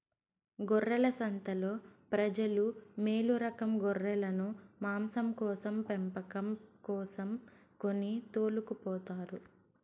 గొర్రెల సంతలో ప్రజలు మేలురకం గొర్రెలను మాంసం కోసం పెంపకం కోసం కొని తోలుకుపోతారు